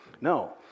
No